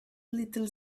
little